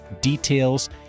details